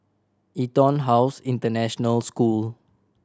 EtonHouse International School